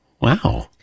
Wow